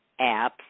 apps